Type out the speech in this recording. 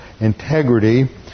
integrity